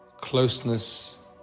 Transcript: closeness